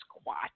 squat